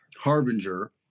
harbinger